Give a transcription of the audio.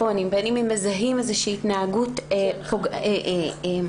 המעודכנים מאז דוח מבקר המדינה מחודש מאי 2020 - נתונים אודות בני